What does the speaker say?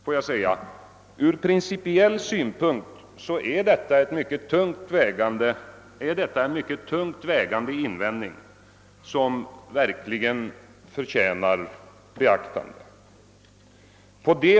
Får jag säga att detta ur principiell synpunkt är en mycket tungt vägande invändning som verkligen förtjänar beaktande.